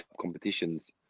competitions